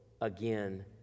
again